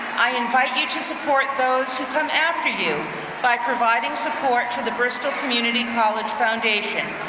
i invite you to support those who come after you by providing support to the bristol community college foundation.